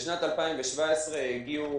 בשנת 2017 הגיעו